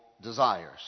desires